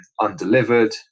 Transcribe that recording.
undelivered